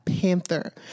panther